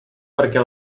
perquè